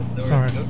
sorry